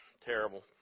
Terrible